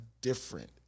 different